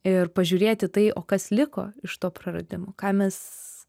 ir pažiūrėti tai o kas liko iš to praradimo ką mes